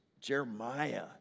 Jeremiah